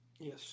Yes